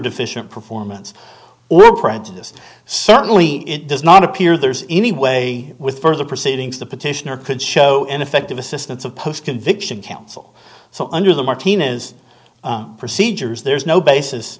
deficient performance or prejudice certainly it does not appear there's any way with further proceedings the petitioner could show ineffective assistance of post conviction counsel so under the martinez procedures there is no basis